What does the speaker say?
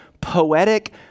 poetic